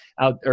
out